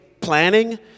planning